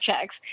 checks